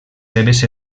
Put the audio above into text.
seves